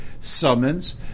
summons